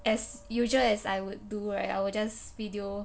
as usual as I would do right I will just video